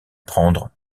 prendre